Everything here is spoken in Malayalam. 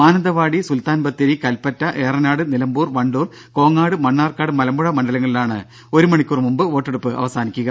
മാനന്തവാടി സുൽത്താൻ ബത്തേരി കല്പറ്റ ഏറനാട് നിലമ്പൂർ വണ്ടൂർ കോങ്ങാട് മണ്ണാർക്കാട് മലമ്പുഴ മണ്ഡലങ്ങളിലാണ് ഒരു മണിക്കൂർ മുമ്പ് വോട്ടെടുപ്പ് അവസാനിക്കുക